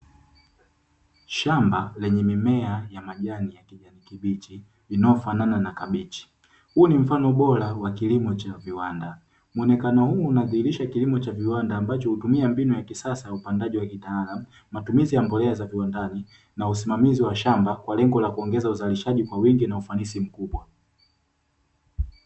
Shamba lenye mimea ya majani ya kijani kibichi inayofanana na kabichi, huu ni mfano bora wa kilimo cha viwanda, muonekano huu unadhihirisha kilimo cha viwanda ambacho hutumia mbinu za kisasa ya upandaji wa kitaalamu, matumizi ya mbolea za viwandani na usimamizi wa shamba kwa lengo la kuongeza uzalishaji kwa wingi na ufanisi mkubwa.